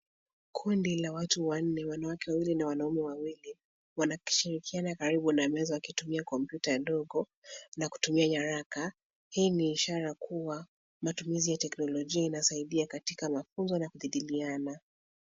Kundi la watu wanne, wanawake wawili na wanaume wawili, wanashirikiana karibu na meza wakitumia kompyuta ndogo, na kutumei haraka. Hii ni ishara kuwa matumizi ya teknolojia inasaidia katika mafunzo na kujadiliana.